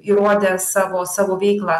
įrodę savo savo veiklą